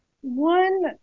one